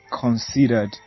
considered